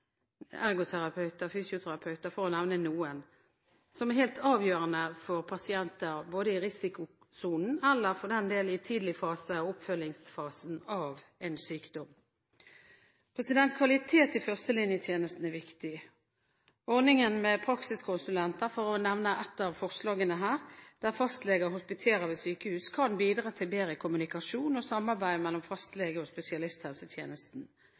ergoterapeuter og fysioterapeuter, for å nevne noen, som er helt avgjørende for pasienter i risikosonen, eller for den del i en tidlig fase og oppfølgingsfasen av en sykdom. Kvalitet i førstelinjetjenesten er viktig. Ordningen med praksiskonsulenter, for å nevne ett av forslagene her, der fastleger hospiterer ved sykehus, kan bidra til bedre kommunikasjon og samarbeid mellom fastlege og spesialisthelsetjenesten.